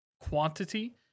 quantity